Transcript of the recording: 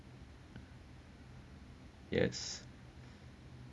yes